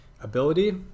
ability